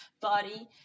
body